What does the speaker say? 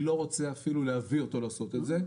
אני לא רוצה אפילו להביא אותו לעשות את זה.